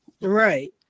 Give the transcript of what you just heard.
Right